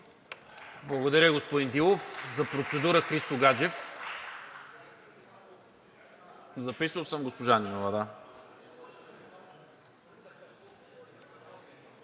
Благодаря, господин Дилов. За процедура – Христо Гаджев. (Реплика.) Записал съм госпожа Нинова, да.